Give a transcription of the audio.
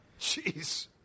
Jeez